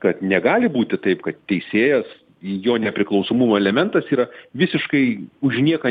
kad negali būti taip kad teisėjas jo nepriklausomumo elementas yra visiškai už nieką